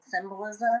symbolism